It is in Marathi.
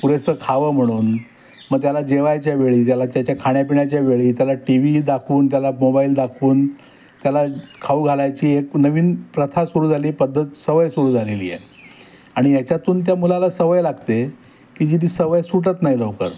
पुरेसं खावं म्हणून मग त्याला जेवायच्या वेळी त्याला त्याच्या खाण्यापिण्याच्या वेळी त्याला टी वी दाखवून त्याला मोबाईल दाखवून त्याला खाऊ घालायची एक नवीन प्रथा सुरू झालीय पद्धत सवय सुरू झालेली आहे आणि याच्यातून त्या मुलाला सवय लागते की जी ती सवय सुटत नाही लवकर